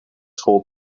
school